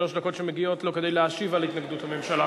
שלוש דקות מגיעות לו כדי להשיב על התנגדות הממשלה.